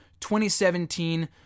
2017